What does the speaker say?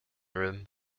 room